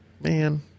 Man